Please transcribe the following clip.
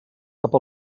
cap